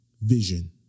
vision